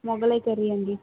Mughlai curry అండి